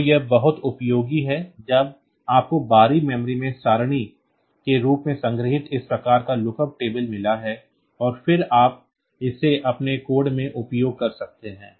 तो यह बहुत उपयोगी है जब आपको बाहरी मेमोरी में सरणियों के रूप में संग्रहीत इस प्रकार का लुक टेबल मिला है और फिर आप इसे अपने कोड में उपयोग कर सकते हैं